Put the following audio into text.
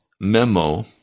memo